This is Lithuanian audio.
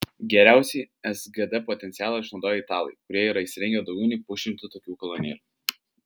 geriausiai sgd potencialą išnaudoja italai kurie yra įsirengę daugiau nei pusšimtį tokių kolonėlių